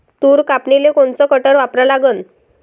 तूर कापनीले कोनचं कटर वापरा लागन?